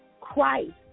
Christ